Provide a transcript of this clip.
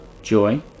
joy